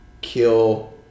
kill